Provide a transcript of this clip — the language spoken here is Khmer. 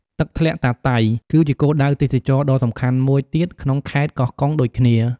ទឹកធ្លាក់តាតៃ គឺជាគោលដៅទេសចរណ៍ដ៏សំខាន់មួយទៀតក្នុងខេត្តកោះកុងដូចគ្នា។